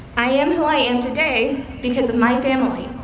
i am who i am today because of my family,